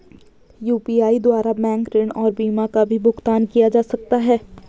UPI द्वारा bank ऋण और बीमा का भी भुगतान किया जा सकता है?